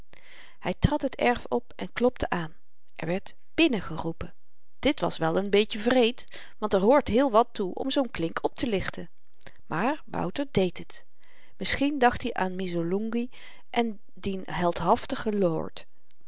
hy trad het erf op en klopte aan er werd binnen geroepen dit was wel n beetje wreed want er hoort heel wat toe om zoo'n klink optelichten maar wouter dééd het misschien dacht i aan missolunghi en dien heldhaftigen lord